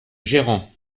gérant